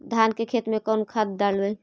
धान के खेत में कौन खाद डालबै?